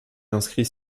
inscrit